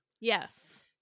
yes